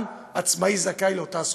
גם עצמאי זכאי לאותה זכות.